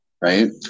Right